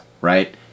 Right